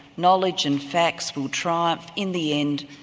knowledge and facts will triumph in the end,